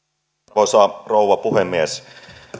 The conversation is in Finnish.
arvoisa rouva puhemies